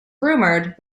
rumoured